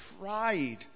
pride